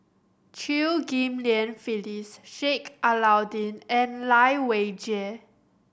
Chew Ghim Lian Phyllis Sheik Alau'ddin and Lai Weijie